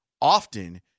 often